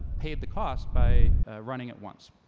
paid the cost by running it once.